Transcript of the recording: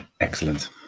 Excellent